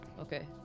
Okay